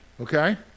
okay